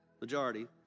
majority